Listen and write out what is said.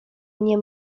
mnie